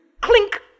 clink